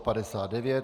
59.